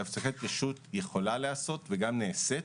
יכולה להיעשות וגם נעשית